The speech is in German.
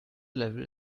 level